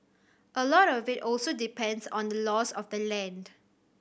a lot of it also depends on the laws of the land